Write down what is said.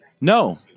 No